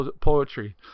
poetry